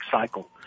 cycle